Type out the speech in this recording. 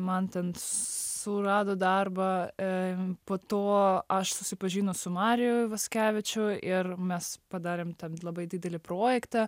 man ten surado darbą po to aš susipažinau su marių ivaškevičių ir mes padarėm tam labai didelį projektą